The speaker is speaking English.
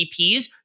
VPs